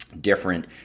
different